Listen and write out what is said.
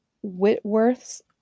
Whitworth's